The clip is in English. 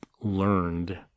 learned